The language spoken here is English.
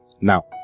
Now